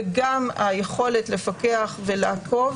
וגם היכולת לפקח ולעקוב,